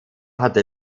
hatte